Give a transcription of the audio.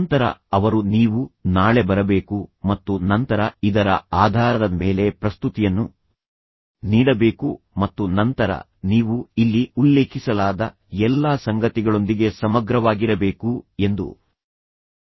ನಂತರ ಅವರು ನೀವು ನಾಳೆ ಬರಬೇಕು ಮತ್ತು ನಂತರ ಇದರ ಆಧಾರದ ಮೇಲೆ ಪ್ರಸ್ತುತಿಯನ್ನು ನೀಡಬೇಕು ಮತ್ತು ನಂತರ ನೀವು ಇಲ್ಲಿ ಉಲ್ಲೇಖಿಸಲಾದ ಎಲ್ಲಾ ಸಂಗತಿಗಳೊಂದಿಗೆ ಸಮಗ್ರವಾಗಿರಬೇಕು ಎಂದು ಹೇಳಿದರು